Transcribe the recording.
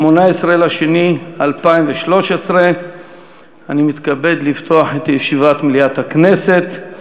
18 בפברואר 2013. אני מתכבד לפתוח את ישיבת מליאת הכנסת.